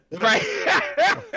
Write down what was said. Right